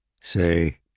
Say